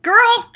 Girl